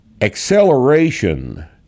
Acceleration